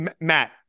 Matt